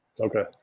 okay